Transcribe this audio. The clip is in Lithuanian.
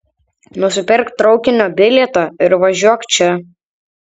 nusipirk traukinio bilietą ir važiuok čia